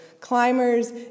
climbers